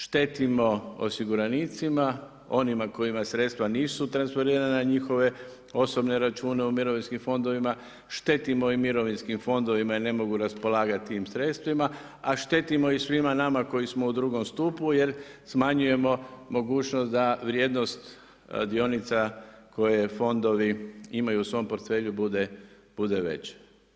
Štetimo osiguranicima, onima kojima sredstva nisu transferirane na njihove osobine račune u mirovinskim fondovima, štetimo i mirovinskim fondovima jer ne mogu raspolagati tim sredstvima, a štetama i svima nama koji smo u 2 stupu, jer smanjujemo mogućnost da vrijednost dionica, koje fondovi imaju u svom portfelju budu veća.